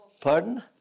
Pardon